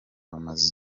bamaze